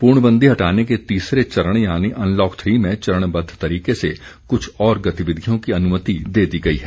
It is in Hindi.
पूर्णबंदी हटाने के तीसरे चरण यानी अनलॉक थ्री में चरणबद्व तरीके से कुछ और गतिविधियों की अनुमति दे दी गयी है